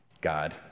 God